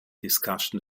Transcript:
discussion